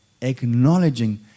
acknowledging